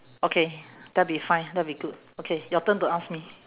okay that'll be fine that'll be good okay your turn to ask me